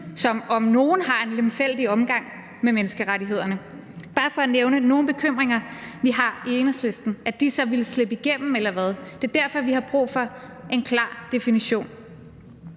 som om nogen har en lemfældig omgang med menneskerettighederne. Det er bare for at nævne nogle af de bekymringer, vi har i Enhedslisten. Ville de så slippe igennem eller hvad? Det er derfor, vi har brug for en klar definition.